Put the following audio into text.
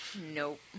Nope